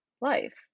life